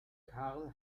karl